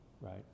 right